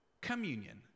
Communion